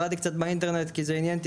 קראתי קצת באינטרנט כי זה עניין אותי.